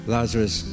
Lazarus